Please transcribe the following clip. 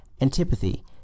antipathy